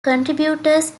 contributors